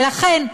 ולכן,